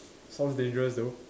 sounds dangerous though